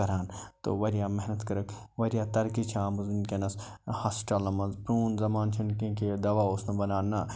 کَران تہٕ وارِیاہ محنت کٔرٕکھ وارِیاہ ترقی چھِ آمٕژ وُنکٮ۪نس ہاسپِٹالن منٛز پرٛون زمانہٕ چھُنہٕ کیٚنٛہہ کہِ دَوہ اوس نہٕ بَنان نہ